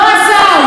לא עזר.